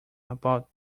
about